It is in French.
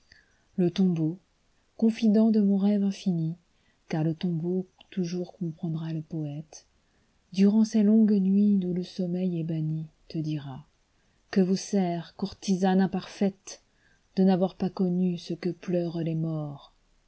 le tombeau confident de mon rêve infini car le tombeau toujours comprendra le poète durant ces longues nuits d'où le somme est banni te dira que vous sert courtisane imparfaite de n'avoir pas connu ce que pleurent les morts